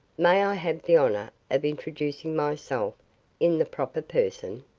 may i have the honor of introducing myself in the proper person?